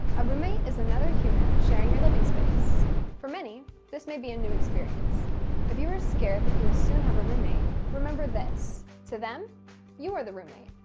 a roommate is another human sharing your living space for many this may be a new experience if you are scared that you will soon have a roommate remember this to them you are the roommate.